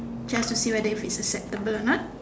have to see whether if it's acceptable or not